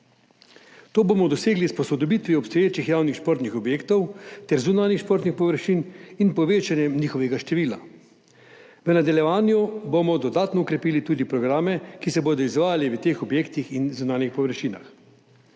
To bomo dosegli s posodobitvijo obstoječih javnih športnih objektov ter zunanjih športnih površin in s povečanjem njihovega števila. V nadaljevanju bomo dodatno okrepili tudi programe, ki se bodo izvajali v teh objektih in na zunanjih površinah.